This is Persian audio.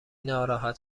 ناراحت